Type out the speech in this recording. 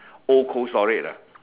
old cold storage lah